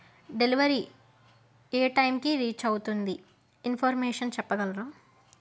delivery ఏ టైంకి reach అవుతుంది ఇన్ఫర్మేషన్ చెప్పగలరా